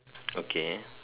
okay